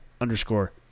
underscore